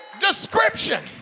description